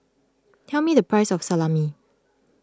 tell me the price of Salami